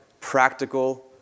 practical